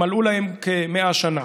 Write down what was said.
מלאו להם כ-100 שנה.